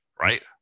right